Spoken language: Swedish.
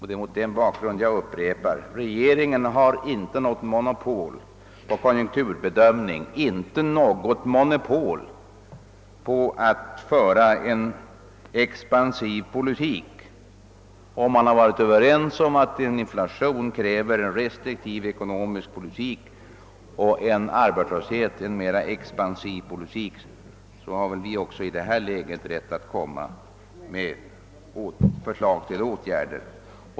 Det är mot den bakgrunden jag upprepar: Regeringen har inte något monopol på konjunkturbedömning och inte något monopol på att föra en expansiv politik. Om man har varit överens om att en inflation kräver en restriktiv ekonomisk politik och en arbetslöshet en mera expansiv politik, har väl också vi i detta läge rätt att komma med förslag till åtgärder.